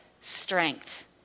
strength